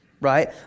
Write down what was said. right